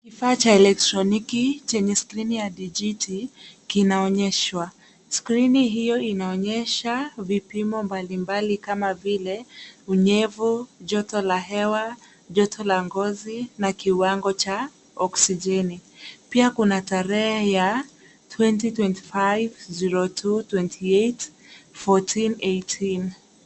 Kifaa cha elektroniki chenye skrini ya dijiti kinaonyeshwa. Skrini hiyo inaonyesha vipimo mbalimbali kama vile unyevu, joto la hewa, joto la ngozi na kiwango cha oksijeni. Pia kuna tarehe ya 2025/02/28 14:18 .